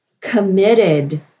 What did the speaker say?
committed